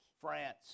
France